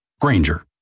Granger